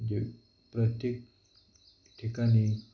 म्हणजे प्रत्येक ठिकाणी